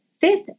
fifth